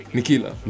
Nikila